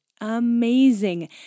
amazing